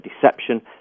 deception